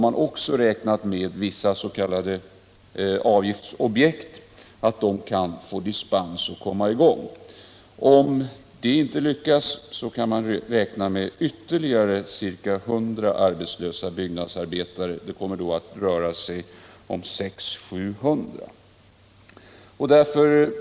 Man har räknat med att vissa s.k. avgiftsobjekt kan få dispens och komma i gång. Om inte det lyckas kan man räkna med ytterligare ca 100 arbetslösa byggnadsarbetare. Det kommer då totalt att röra sig om 600-700.